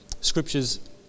scriptures